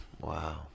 Wow